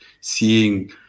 seeing